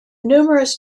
numerous